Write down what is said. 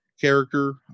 character